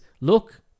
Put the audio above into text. look